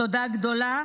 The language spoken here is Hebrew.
תודה גדולה.